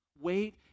wait